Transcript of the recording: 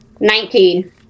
Nineteen